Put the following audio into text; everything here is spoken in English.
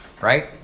Right